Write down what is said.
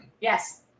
Yes